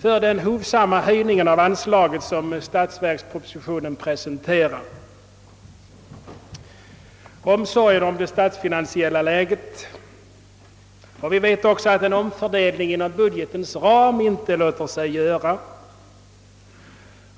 för den blygsamma höjning av anslaget som presenteras i statsverkspropositionen: omsorgen om det statsfinansiella läget. Vi vet också att en omfördelning inom budgetens ram inte Jåter sig göra.